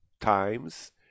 times